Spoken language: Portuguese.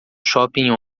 shopping